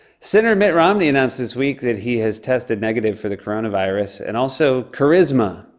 senator mitt romney announced this week that he has tested negative for the coronavirus and also, charisma.